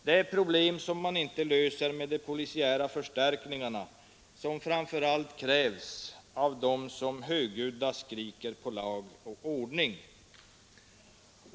Det är problem som man inte löser med de polisiära förstärkningarna, vilka framför allt krävs av dem som högljuddast skriker på ”lag och ordning”.